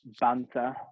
banter